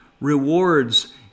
rewards